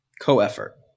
co-effort